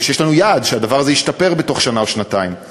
יש לנו יעד, שהדבר הזה ישתפר בתוך שנה או שנתיים?